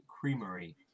Creamery